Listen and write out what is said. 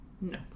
No